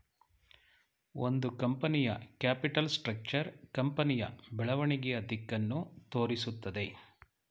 ಒಂದು ಕಂಪನಿಯ capital structure ಕಂಪನಿಯ ಬೆಳವಣಿಗೆಯ ದಿಕ್ಕನ್ನು ತೋರಿಸುತ್ತದೆ